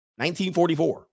1944